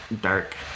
dark